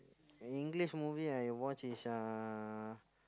English movie I watch is uh